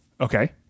Okay